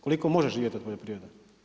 Koliko može živjeti od poljoprivrede?